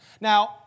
Now